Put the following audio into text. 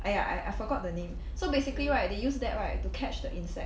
!aiya! I I forgot the name so basically right they use that right to catch the insect